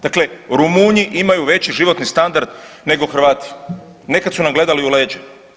Dakle, Rumunji imaju veći životni standard nego Hrvati, nekad su nam gledali u leđa.